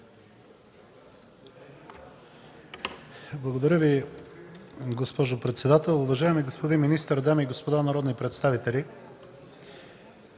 Благодаря Ви, госпожо председател. Уважаеми господин министър, дами и господа народни представители!